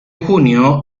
junio